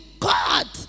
God